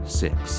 six